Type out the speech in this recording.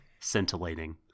scintillating